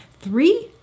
three